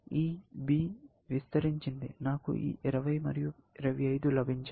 ఈ B విస్తరించింది నాకు ఈ 20 మరియు 25 లభించాయి